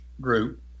Group